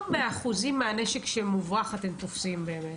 באחוזים מהנשק שמוברח אתם תופסים באמת?